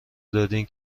دادین